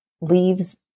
leaves